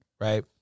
Right